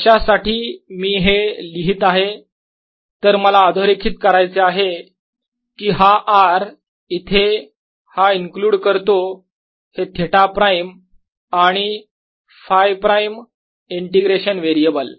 कशासाठी मी हे लिहित आहे तर मला अधोरेखित करायचं आहे की हा R इथे हा इंक्लुड करतो हे थिटा प्राईम आणि Φ प्राईम इंटिग्रेशन वेरिएबल